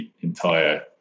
entire